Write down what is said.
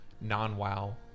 non-WoW